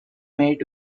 met